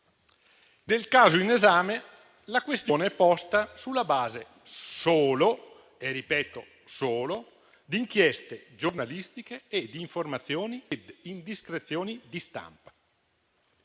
Nel caso in esame la questione è posta sulla base solo - e lo sottolineo - di inchieste giornalistiche, informazioni e indiscrezioni di stampa.